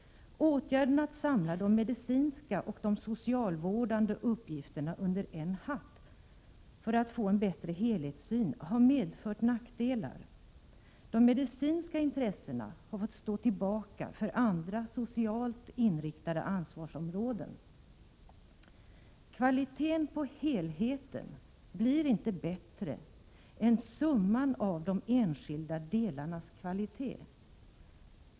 Åtgärden att samla de medicinska och de socialvårdande uppgifterna under en hatt för att få en bättre helhetssyn har medfört stora nackdelar. De medicinska intressena har fått stå tillbaka för andra socialt inriktade ansvarsområden. Kvaliteten på helheten blir inte bättre än summan av de enskilda delarnas kvalitet.